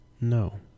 No